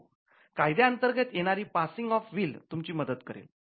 हो कायद्याअंतर्गत येणारी पासिंग ऑफ विल तुमची मदत करेल